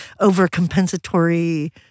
overcompensatory